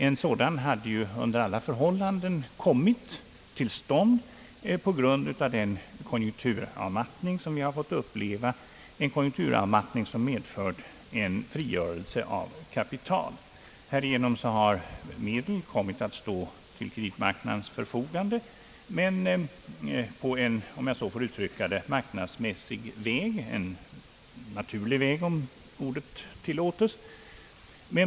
En sådan hade under alla förhållanden kommit till stånd på grund av den konjunkturavmattning som vi har fått uppleva, en konjunkturavmattning som medfört frigörelse av kapital. Härigenom har medel kommit att stå till kreditmarknadens förfogande — men på en, om jag så får uttrycka det, marknadsmässig väg, en naturlig väg, om ordet tillåtes.